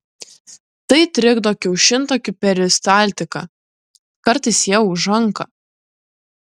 tai trikdo kiaušintakių peristaltiką kartais jie užanka